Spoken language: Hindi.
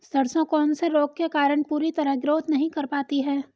सरसों कौन से रोग के कारण पूरी तरह ग्रोथ नहीं कर पाती है?